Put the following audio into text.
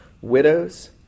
Widows